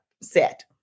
set